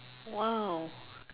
!wow!